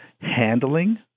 handling